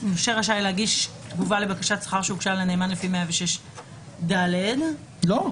נושה רשאי להגיש תגובה לבקשת שכר שהוגשה לנאמן לפי 106ד. לא,